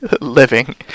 living